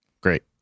Great